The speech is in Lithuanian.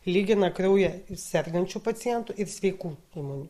lygina kraują sergančių pacientų ir sveikų žmonių